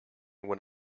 when